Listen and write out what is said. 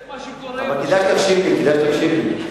זה מה שקורה, אבל כדאי שתקשיב לי.